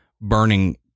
burning